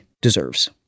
deserves